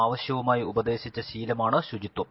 ആവശ്യവുമായി ഉപദേശിച്ചു ശീലമാണ് ശുചിത്വം